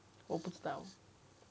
我不知道